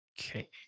Okay